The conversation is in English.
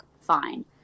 Fine